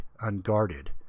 unguarded